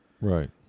Right